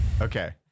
Okay